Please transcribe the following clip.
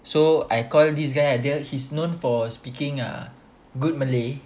so I call this guy he's known for speaking ah good malay